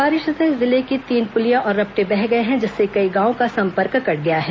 बारिश से जिले के तीन पुलिया और रपटे बह गए हैं जिससे कई गांवों का संपर्क कट गया है